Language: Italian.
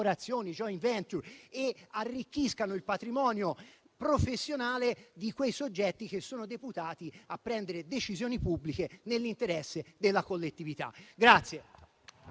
e arricchiscano il patrimonio professionale dei soggetti deputati a prendere decisioni pubbliche nell'interesse della collettività.